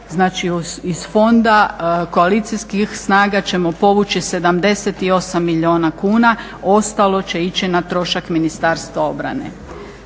iz fonda koalicijskih snaga ćemo povući 78 milijuna kuna, ostalo će ići na trošak Ministarstva obrane.